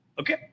Okay